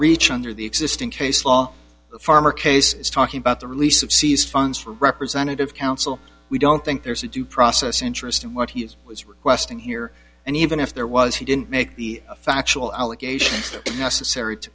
reach under the existing case law the farmer case is talking about the release of seized funds for representative counsel we don't think there's a due process interest in what he was requesting here and even if there was he didn't make the factual allegation